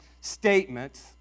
statements